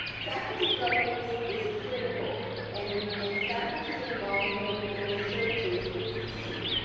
faculty governance is critical and and faculty involvement in the searches is key.